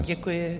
Děkuji.